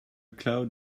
cloud